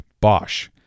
Bosch